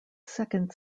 second